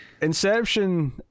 Inception